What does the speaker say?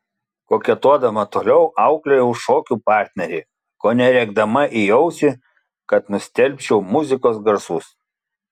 koketuodama toliau auklėjau šokių partnerį kone rėkdama į ausį kad nustelbčiau muzikos garsus